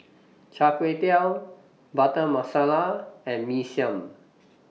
Char Kway Teow Butter Masala and Mee Siam